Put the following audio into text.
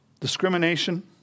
discrimination